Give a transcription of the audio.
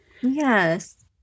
Yes